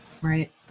Right